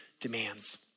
demands